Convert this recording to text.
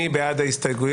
מי בעדן?